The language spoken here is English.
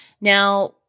Now